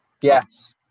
Yes